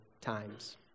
times